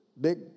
big